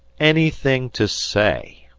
anything to say!